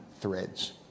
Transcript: threads